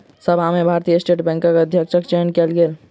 सभा में भारतीय स्टेट बैंकक अध्यक्षक चयन कयल गेल